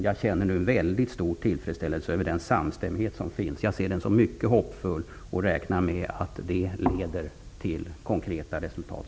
Jag känner en mycket stor tillfredsställse över den samstämmighet som nu finns. Jag ser den som mycket hoppfull och räknar med att det snart leder till konkreta resultat.